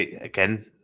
again